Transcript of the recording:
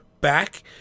back